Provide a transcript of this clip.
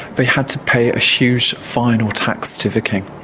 they had to pay a huge fine or tax to the king.